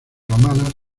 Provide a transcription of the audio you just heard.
romanas